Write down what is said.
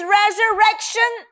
resurrection